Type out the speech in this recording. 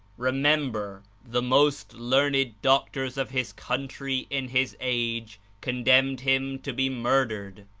remember, the most learned doctors of his country in his age condemned him to be mur dered,